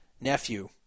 Nephew